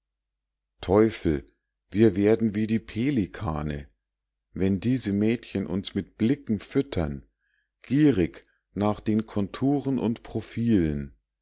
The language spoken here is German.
teufel wir werden wie die pelikane wenn diese mädchen uns mit blicken füttern gierig nach den konturen und profilen